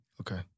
Okay